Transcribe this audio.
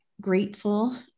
grateful